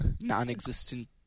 non-existent